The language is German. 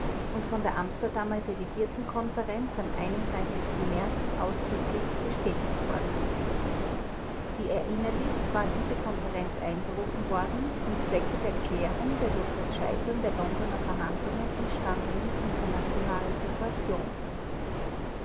und von der amsterdamer delegiertenkonferenz am märz ausdrücklich bestätigt worden ist wie erinnerlich war diese konferenz einberufen worden zum zwecke der klärung der durch das scheitern der londoner verhandlungen entstandenen internationalen situation